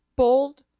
Bold